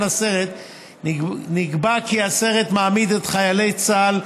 הסרט נקבע כי הוא "מעמיד את חיילי צה"ל,